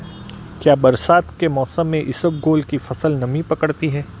क्या बरसात के मौसम में इसबगोल की फसल नमी पकड़ती है?